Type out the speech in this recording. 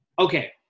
okay